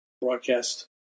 broadcast